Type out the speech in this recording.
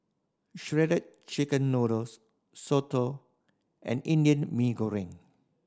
Shredded Chicken Noodles soto and Indian Mee Goreng